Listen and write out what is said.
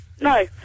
No